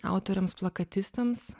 autoriams plakatistams